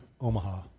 Omaha